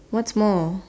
what's more